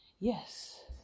Yes